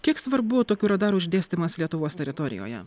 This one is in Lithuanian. kiek svarbu tokių radarų išdėstymas lietuvos teritorijoje